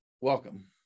welcome